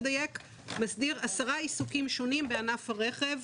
שמסדיר עשרה עיסוקים שונים בענף הרכב,